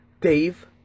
Dave